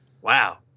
Wow